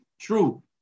true